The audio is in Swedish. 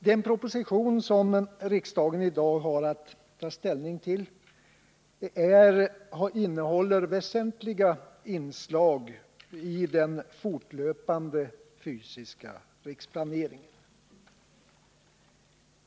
Den proposition som riksdagen i dag har att ta ställning till på detta område innehåller väsentliga inslag av betydelse för den fortlöpande fysiska riksplaneringen.